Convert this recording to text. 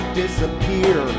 disappear